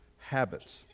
Habits